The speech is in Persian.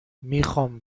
میخام